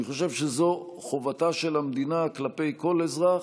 אני חושב שזו חובתה של המדינה כלפי כל אזרח,